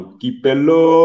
kipelo